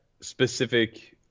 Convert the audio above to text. specific